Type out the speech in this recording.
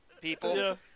people